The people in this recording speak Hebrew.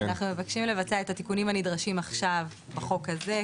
אנחנו מבקשים לבצע את התיקונים הנדרשים עכשיו בחוק הזה.